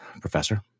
Professor